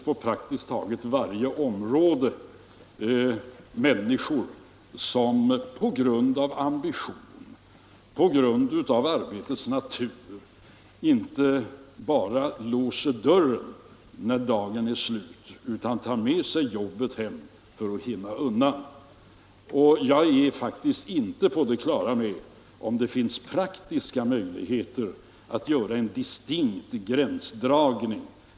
På praktiskt taget varje område finns det människor som på grund av ambition eller på grund av arbetets natur inte bara låser dörren när dagen är slut utan tar med sig arbete hem för att hinna undan med jobbet. Och jag är faktiskt inte på det klara med om det där finns praktiska möjligheter att göra en distinkt gränsdragning.